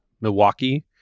Milwaukee